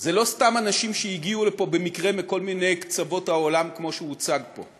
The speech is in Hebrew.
זה לא סתם אנשים שהגיעו לפה במקרה מכל מיני קצוות העולם כמו שהוצג פה.